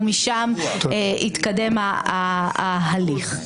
ומשם יתקדם ההליך.